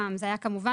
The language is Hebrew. אנחנו כרגע בשעת חירום.